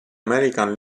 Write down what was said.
american